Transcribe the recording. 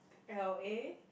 L_A